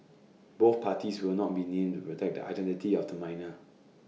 both parties will not be named to protect the identity of the minor